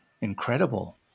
incredible